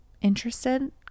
interested